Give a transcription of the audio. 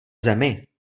zemi